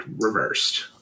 reversed